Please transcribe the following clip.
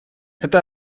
это